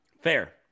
Fair